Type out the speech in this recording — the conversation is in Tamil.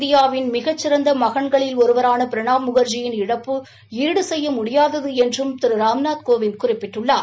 இந்தியாவின் மிகச்சிறந்த மகன்களில் ஒருவரான பிரணாப் முகா்ஜியின் இழப்பு ஈடு செய்ய முடியாதது என்றும் திரு ராம்நாத் கோவிந்த் குறிப்பிட்டுள்ளார்